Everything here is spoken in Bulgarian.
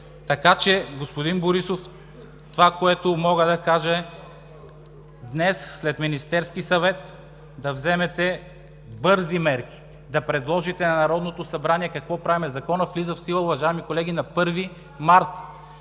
Така че, господин Борисов, това, което мога да кажа, е: днес след Министерския съвет да вземете бързи мерки, да предложите на Народното събрание. Какво правим – Законът влиза в сила, уважаеми колеги, на 1 март?